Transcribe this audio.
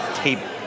table